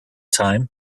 time